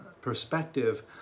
perspective